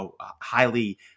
highly